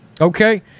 Okay